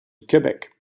quebec